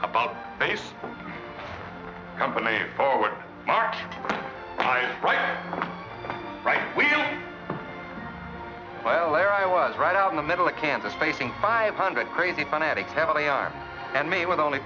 about based company right right while there i was right out in the middle of campus facing five hundred crazy fanatics heavily armed and me with only